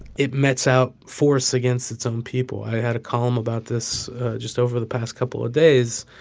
it metes out force against its own people. i had a column about this just over the past couple of days,